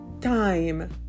time